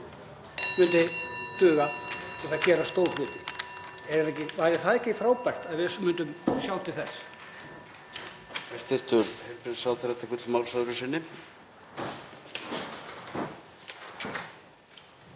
myndi duga til þess að gera stóra hluti. Væri ekki frábært að við myndum sjá til þess?